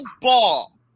Ball